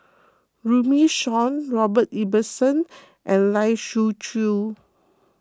Runme Shaw Robert Ibbetson and Lai Siu Chiu